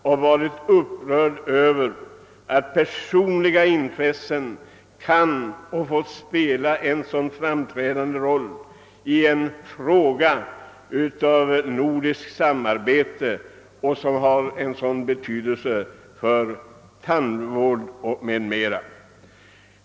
Jag har varit upprörd över att personliga intressen kan ha fått spela en så framträdande roll i en fråga som gäller nordiskt samarbete och har en sådan betydelse för tandvård m.m.